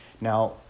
Now